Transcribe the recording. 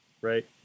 Right